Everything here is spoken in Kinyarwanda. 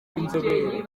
b’inzobere